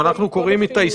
ועכשיו אנחנו מחייבים אותה.